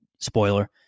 Spoiler